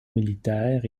militaire